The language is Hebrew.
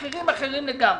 מחירים אחרים לגמרי.